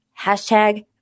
hashtag